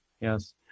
Yes